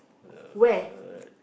where